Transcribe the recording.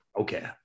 Okay